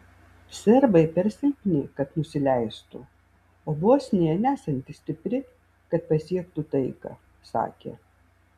serbai per silpni kad nusileistų o bosnija nesanti stipri kad pasiektų taiką sakė